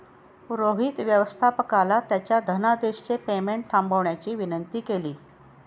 रोहित व्यवस्थापकाला त्याच्या धनादेशचे पेमेंट थांबवण्याची विनंती केली